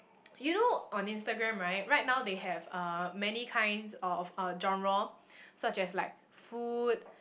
you know on Instagram right right now they have uh many kinds of uh genre such as like food